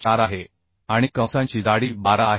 4आहे आणि कंसांची जाडी 12 आहे